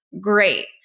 great